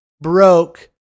broke